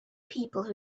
people